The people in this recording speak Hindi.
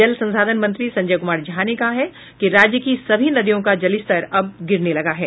जल संसाधन मंत्री संजय कुमार झा ने कहा है कि राज्य की सभी नदियों का जलस्तर अब गिरने लगा है